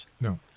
No